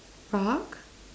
rock